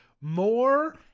more